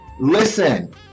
Listen